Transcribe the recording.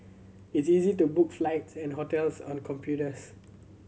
it is easy to book flights and hotels on computers